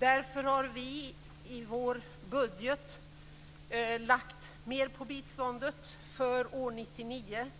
Därför vill vi i vår budget lägga mer pengar på biståndet för 1999.